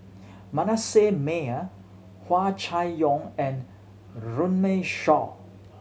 Manasseh Meyer Hua Chai Yong and Runme Shaw